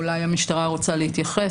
אולי המשטרה רוצה להתייחס.